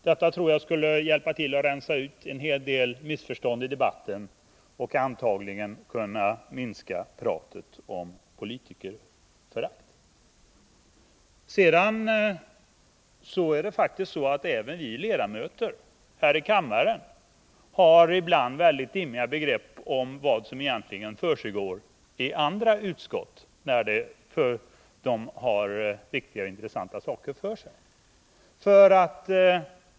Detta tror jag skulle hjälpa till att rensa ut en hel del missförstånd i debatten och antagligen minska pratet om politikerförakt. Sedan har faktiskt också vi ledamöter här i kammaren ibland väldigt dimmiga begrepp om vad som egentligen försiggår i andra utskott än dem där vi själva är ledamöter, när de har viktiga och intressanta frågor att behandla.